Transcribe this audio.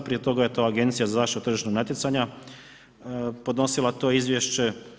Prije toga je to Agencija za zaštitu tržišnog natjecanja podnosila to izvješće.